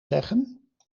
zeggen